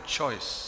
choice